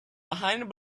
behind